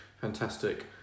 Fantastic